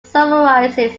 summarizes